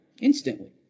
instantly